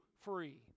free